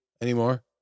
anymore